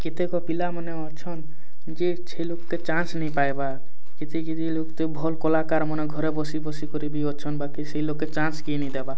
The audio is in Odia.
କେତେକ ପିଲାମାନେ ଅଛନ ଯେ ଛେ ଲୋକତେ ଚାନ୍ସ ନାଇଁ ପାଏବାର କିଛି କିଛି ଲୋକତେ ଭଲ କଲାକାରମନେ ଘରେ ବସି ବସି କରି ବି ଅଛନ ବାକି ସେଇ ଲୋକେ ଚାନ୍ସ କେ ନାଇଁ ଦେବା